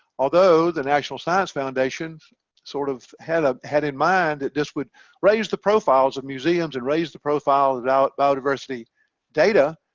although the national science foundation sort of had a had in mind that this would raise the profiles of museums and raise the profile about biodiversity data,